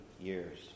years